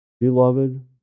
Beloved